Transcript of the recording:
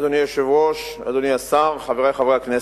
אדוני היושב-ראש, אדוני השר, חברי חברי הכנסת,